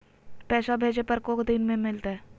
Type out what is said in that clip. पैसवा भेजे पर को दिन मे मिलतय?